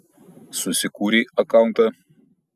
susikūrei akauntą